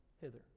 hither